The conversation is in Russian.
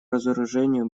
разоружению